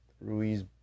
Ruiz